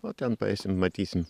o ten paeisim matysim